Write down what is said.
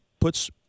puts